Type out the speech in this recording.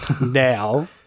now